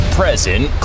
present